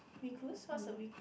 recluse what's a recluse